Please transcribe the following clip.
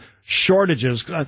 shortages